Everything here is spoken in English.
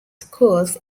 schools